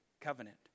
covenant